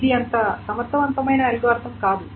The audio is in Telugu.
ఇది అంత సమర్థవంతమైన అల్గోరిథం కాదు